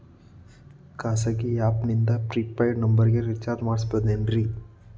ಖಾಸಗಿ ಆ್ಯಪ್ ನಿಂದ prepaid ನಂಬರಿಗ ರೇಚಾರ್ಜ್ ಮಾಡಬಹುದೇನ್ರಿ?